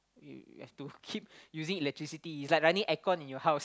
you you have to keep using electricity it's like running aircon in your house